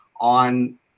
on